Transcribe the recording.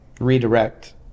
redirect